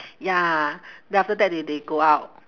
ya then after that they they go out